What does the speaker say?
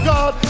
God